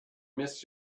miss